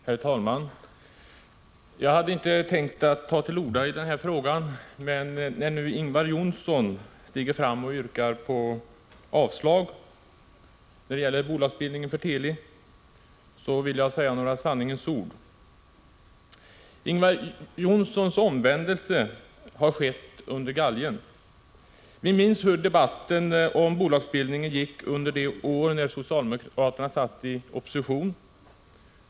Herr talman! Jag hade inte tänkt ta till orda i denna fråga, men när nu Ingvar Johnsson steg fram och yrkade avslag på förslaget att ombilda Teli till aktiebolag, vill jag säga några sanningens ord. Ingvar Johnssons omvändelse har skett under galgen. Vi kommer ihåg hur debatten om bolagsbildning gick under de år som socialdemokraterna satt i opposition.